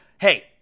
Hey